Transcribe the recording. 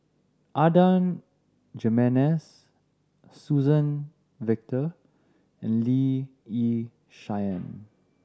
Adan Jimenez Suzann Victor and Lee Yi Shyan